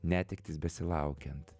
netektys besilaukiant